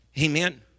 Amen